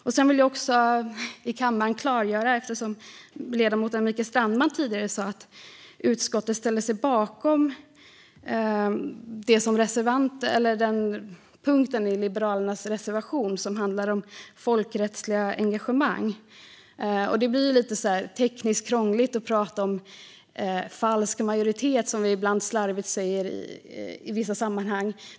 Jag vill också i kammaren klargöra en sak med anledning av att ledamoten Mikael Strandman tidigare sa att utskottet ställer sig bakom punkten i Liberalernas reservation som handlar om folkrättsliga engagemang. Det blir lite tekniskt krångligt att prata om falsk majoritet, som vi ibland slarvigt säger i vissa sammanhang.